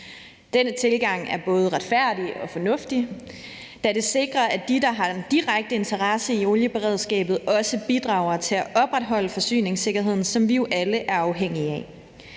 Denne tilgang er både retfærdig og fornuftig, da den sikrer, at de, der har en direkte interesse i olieberedskabet, også bidrager til at opretholde forsyningssikkerheden, som vi jo alle er afhængige af.